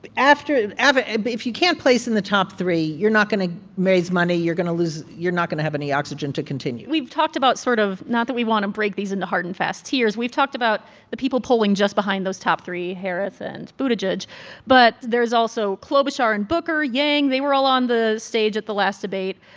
after ah but if you can't place in the top three, you're not going to raise money. you're going to lose you're not going to have any oxygen to continue we've talked about sort of not that we want to break these into hard and fast tiers we've talked about the people polling just behind those top three harris and buttigieg but there's also klobuchar and booker, yang. they were all on the stage at the last debate.